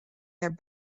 their